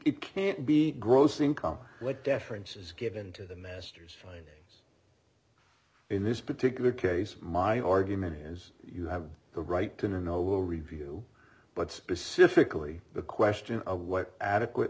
it can't be gross income what deference is given to the masters in this particular case my argument is you have the right to know will review but specifically the question of what adequate